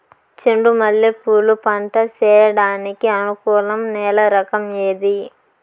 చెండు మల్లె పూలు పంట సేయడానికి అనుకూలం నేల రకం ఏది